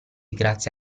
grazie